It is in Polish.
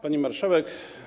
Pani Marszałek!